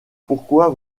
pourquoi